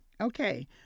Okay